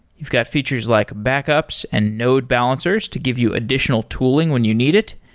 you've got features like backups and node balancers to give you additional tooling when you need it.